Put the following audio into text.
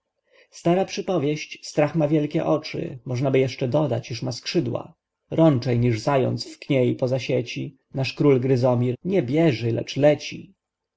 stara przypowieść strach ma wielkie oczy możnaby jeszcze dodać iż ma skrzydła rączej niż zając w kniei poza sieci nasz król gryzomir nie bieży lecz leci